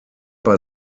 bei